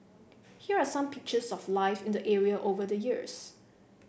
here are some pictures of life in the area over the years